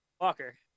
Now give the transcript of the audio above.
Walker